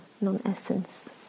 non-essence